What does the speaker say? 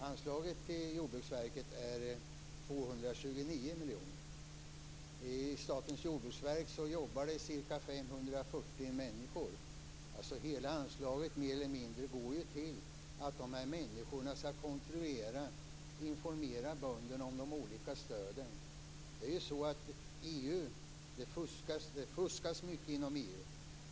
Anslaget till Jordbruksverket är 229 miljoner kronor. I Statens jordbruksverk jobbar ca 540 människor, dvs. mer eller mindre hela anslaget går till att dessa människor skall kontrollera och informera bönderna om de olika stöden. Det fuskas mycket inom EU.